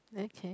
okay